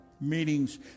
meetings